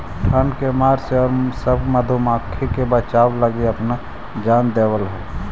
ठंड के मार से उ औउर सब मधुमाखी के बचावे लगी अपना जान दे देवऽ हई